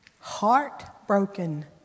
Heartbroken